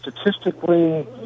statistically